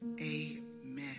amen